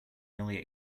early